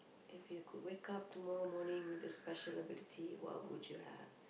if you could wake up tomorrow morning with a special ability what would you have